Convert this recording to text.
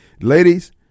Ladies